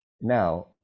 Now